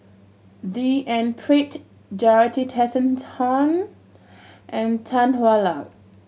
D N Pritt Jorothy Tessensohn and Tan Hwa Luck